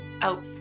out